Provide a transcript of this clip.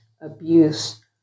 abuse